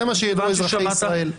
זה מה שידעו אזרחי ישראל.